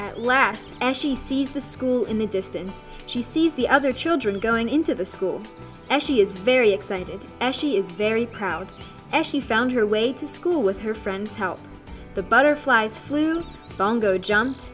at last and she sees the school in the distance she sees the other children going into the school and she is very excited and she is very proud and she found her way to school with her friends how the butterflies flew bango jump